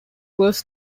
was